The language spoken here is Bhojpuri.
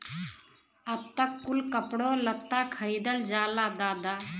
अब त कुल कपड़ो लत्ता खरीदल जाला दादा